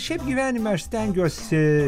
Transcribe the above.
šiaip gyvenime aš stengiuosi